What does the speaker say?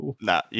nah